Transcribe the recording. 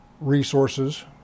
resources